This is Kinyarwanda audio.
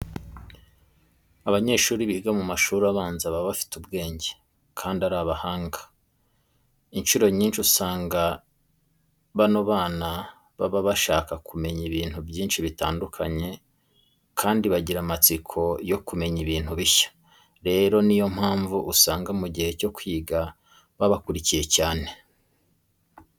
Abanyeshuri biga mu mashuri abanza baba bafite ubwenge kandi ari abahanga. Inshuro nyinshi usanga bano bana baba bashaka kumenya ibintu byinshi bitandukanye kandi bagira amatsiko yo kumenya ibintu bishya. Rero niyo mpamvu usanga mu gihe cyo kwiga baba bakurikiye cyane.